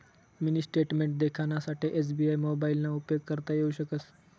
mini statement देखानासाठे एस.बी.आय मोबाइलना उपेग करता येऊ शकस